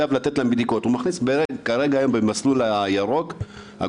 שמביאים את העגורנים ללא בדיקות 80%